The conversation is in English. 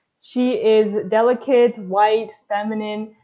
she is delicate, white, feminine,